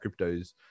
cryptos